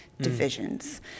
divisions